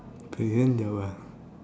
okay then they're what